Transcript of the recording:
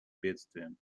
бедствиям